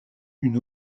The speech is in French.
une